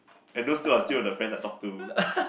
and those two are still of the friends that I talk to